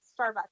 Starbucks